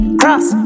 cross